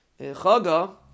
chaga